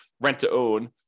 rent-to-own